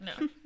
No